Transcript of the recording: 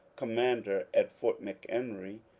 commander at fort mchenry,